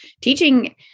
teaching